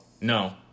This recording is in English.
No